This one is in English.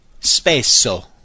Spesso